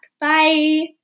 Bye